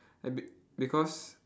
I be~ because